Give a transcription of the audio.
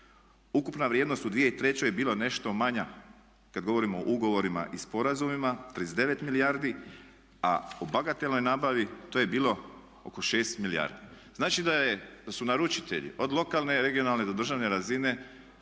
Ukupna vrijednost u 2003. je bila nešto manja kad govorimo o ugovorima i sporazumima 39 milijardi, a o bagatelnoj nabavi to je bilo oko 6 milijardi. Znači da su naručitelji od lokalne, regionalne do državne razine